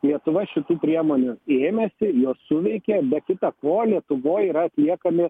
lietuva šitų priemonių ėmėsi jos suveikė be kita ko lietuvoj yra atliekami